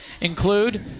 include